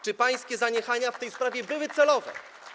Czy pańskie zaniechania w tej sprawie były celowe?